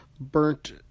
burnt